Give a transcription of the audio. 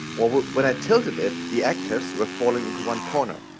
or when i tilted it the actors were falling into one corner.